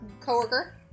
co-worker